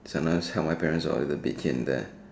sometimes help my parents out with a bit here and there